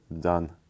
done